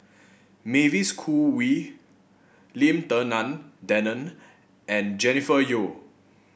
Mavis Khoo Wee Lim Denan Denon and Jennifer Yeo